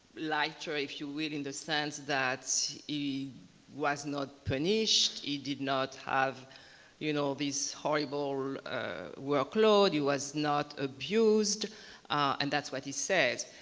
lighter if you will in the sense that he was not punished, he did not have you know this horrible workload, he was not abused and that's what he says.